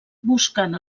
buscant